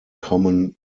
common